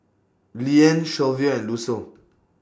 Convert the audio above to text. Leanne Shelvia and Lucille